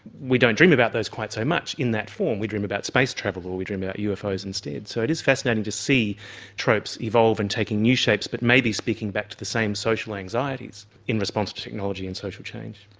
we don't dream about those quite so much in that form, we dream about space travel or we dream about ufos instead. so it is fascinating to see tropes evolve and taking new shapes, but maybe speaking back to the same social anxieties in response to technology and social change.